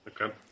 Okay